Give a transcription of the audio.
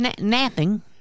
napping